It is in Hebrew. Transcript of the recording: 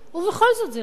ובכל זאת זה לא קורה.